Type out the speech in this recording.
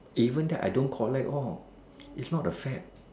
even that I don't collect all it's not a fad